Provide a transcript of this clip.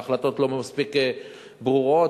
וההחלטות לא מספיק ברורות,